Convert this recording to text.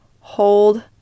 hold